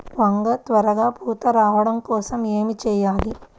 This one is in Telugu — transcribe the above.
వంగ త్వరగా పూత రావడం కోసం ఏమి చెయ్యాలి?